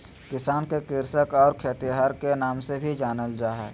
किसान के कृषक और खेतिहर के नाम से भी जानल जा हइ